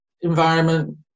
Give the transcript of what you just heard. environment